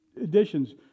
editions